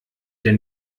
denn